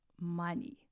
money